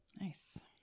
Nice